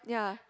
ya